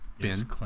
Ben